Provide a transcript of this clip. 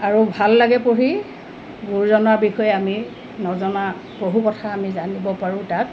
আৰু ভাল লাগে পঢ়ি গুৰুজনাৰ বিষয়ে আমি নজনা বহু কথা আমি জানিব পাৰোঁ তাত